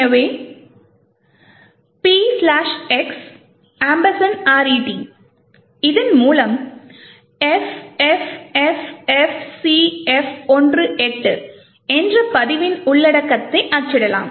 எனவே gdbpx ret இதன் மூலம் FFFFCF18 என்ற பதிவின் உள்ளடக்கத்தை அச்சிடலாம்